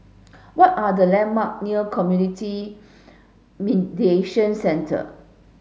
what are the landmark near Community Mediation Centre